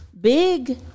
big